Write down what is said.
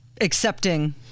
accepting